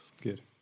Good